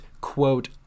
quote